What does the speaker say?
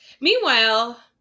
Meanwhile